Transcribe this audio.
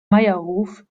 meierhof